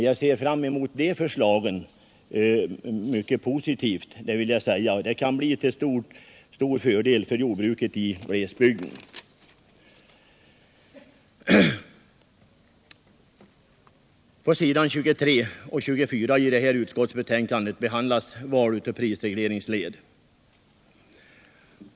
Jag är mycket positiv härtill och ser fram emot det, för det kan bli till stor fördel för jordbruket i glesbygden. På s. 23 och 24 i betänkandet behandlas val av prisregleringsled.